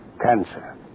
Cancer